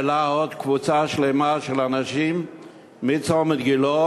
והעלה עוד קבוצה שלמה של אנשים מצומת גילה,